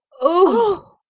oh!